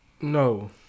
No